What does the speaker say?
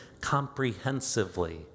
comprehensively